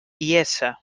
iessa